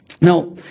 Now